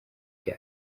bya